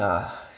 uh